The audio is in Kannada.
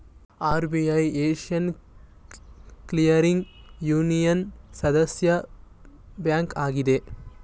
ಆರ್.ಬಿ.ಐ ಏಶಿಯನ್ ಕ್ಲಿಯರಿಂಗ್ ಯೂನಿಯನ್ನ ಸದಸ್ಯ ಬ್ಯಾಂಕ್ ಆಗಿದೆ